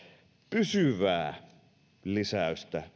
pysyvää lisäystä